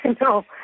No